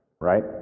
right